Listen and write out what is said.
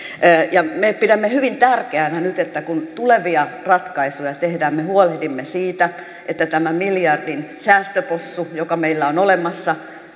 me pidämme hyvin tärkeänä nyt kun tulevia ratkaisuja tehdään että me huolehdimme siitä että tämä miljardin säästöpossu joka meillä on olemassa